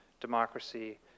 democracy